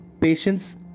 Patience